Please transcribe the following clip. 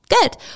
good